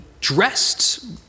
dressed